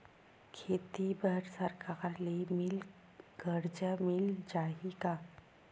खेती बर सरकार ले मिल कर्जा मिल जाहि का?